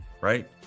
right